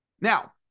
Now